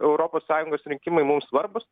europos sąjungos rinkimai mum svarbūs